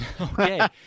Okay